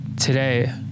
Today